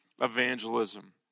evangelism